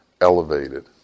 elevated